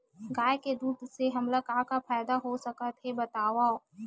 गाय के दूध से हमला का का फ़ायदा हो सकत हे बतावव?